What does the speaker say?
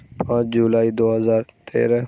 پانچ جولائی دو ہزار تیرہ